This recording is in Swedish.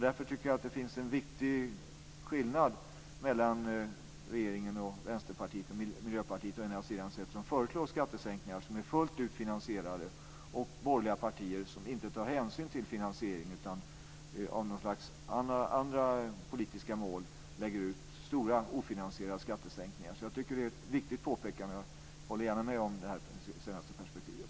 Därför tycker jag att det finns en viktig skillnad mellan dels regeringen, Vänsterpartiet och Miljöpartiet, som föreslår skattesänkningar som är fullt ut finansierade, dels borgerliga partier som inte tar hänsyn till finansieringen utan har något slags andra politiska mål när de lägger ut stora ofinansierade skattesänkningar. Jag tycker alltså att det är ett riktigt påpekande, och jag håller gärna med om det här senaste perspektivet.